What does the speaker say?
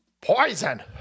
Poison